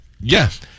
Yes